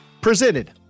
presented